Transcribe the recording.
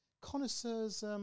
connoisseurs